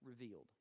revealed